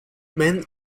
man